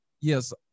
Yes